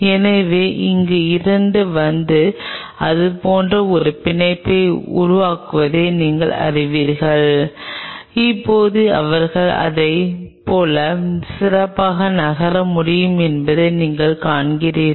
எனவே இந்த 2 வந்து இது போன்ற ஒரு பிணைப்பை உருவாக்குவதை நீங்கள் அறிவீர்கள் இப்போது அவர்கள் இதைப் போல சிறப்பாக நகர முடியும் என்பதை நீங்கள் காண்கிறீர்கள்